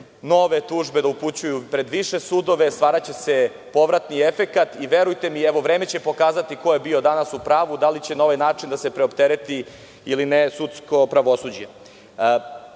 nove tužbe da upućuju pred više sudove, stvaraće se povratni efekat. Verujte mi, vreme će pokazati ko je bio danas u pravu, da li će na ovaj način da se preoptereti ili ne sudsko pravosuđe. Iskreno